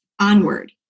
onward